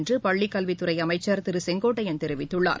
என்று பள்ளிக்கல்வித்துறை அமைச்சர் திரு கே ஏ செங்கோட்டையன் தெரிவித்துள்ளார்